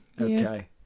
Okay